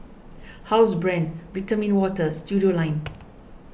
Housebrand Vitamin Water Studioline